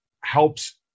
helps